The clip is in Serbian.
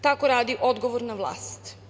Tako radi odgovorna vlast.